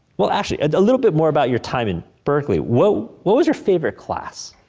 well, actually, a little bit more about your time in berkeley. what what was your favorite class?